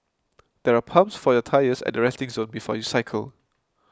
there are pumps for your tyres at resting zone before you cycle